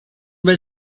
red